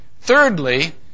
Thirdly